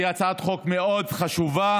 והיא הצעת חוק מאוד חשובה.